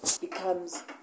becomes